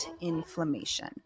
inflammation